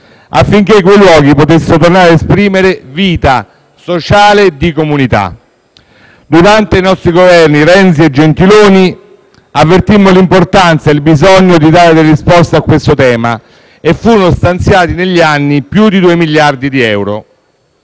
affinché quei luoghi potessero tornare ad esprimere vita sociale e di comunità. Durante i nostri Governi, Renzi e Gentiloni Silveri, avvertimmo l'importanza e il bisogno di dare delle risposte a questo tema e furono stanziati, negli anni, più di 2 miliardi di euro.